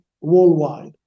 worldwide